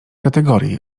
kategorii